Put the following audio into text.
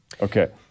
Okay